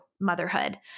motherhood